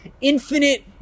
infinite